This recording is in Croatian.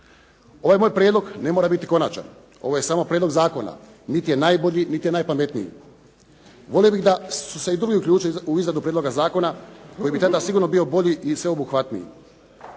Ovaj moj prijedlog ne mora biti konačan. Ovo je samo prijedlog zakona. Niti je najbolji, niti je najpametniji. Volio bih da su se i drugi uključili u izradu prijedloga zakona koji bi tada sigurno bio bolji i sveobuhvatniji.